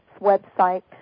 website